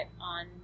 on